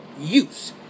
use